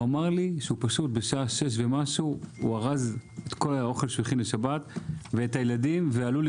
הוא אמר לי שבשעה שש ומשהו הוא ארז את הילדים ואת כל האוכל שהוא הכין